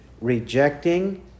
rejecting